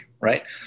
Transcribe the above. right